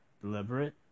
deliberate